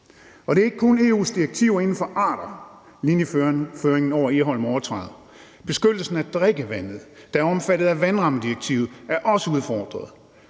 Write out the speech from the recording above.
Det er ikke kun EU's direktiver inden for arter, linjeføringen over Egholm overtræder. Beskyttelsen af drikkevandet, der er omfattet af vandrammedirektivet, er også udfordret.